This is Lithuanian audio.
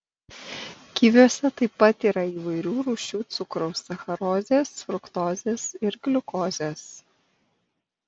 kiviuose taip pat yra įvairių rūšių cukraus sacharozės fruktozės ir gliukozės